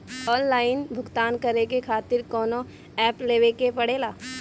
Online भुगतान करके के खातिर कौनो ऐप लेवेके पड़ेला?